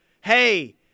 hey